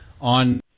on